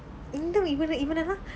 இந்த இவானா இவனலம்:intha ivaanaa ivanalaam